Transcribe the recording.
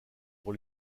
pour